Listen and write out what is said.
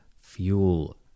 fuel